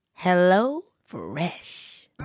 HelloFresh